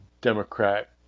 Democrat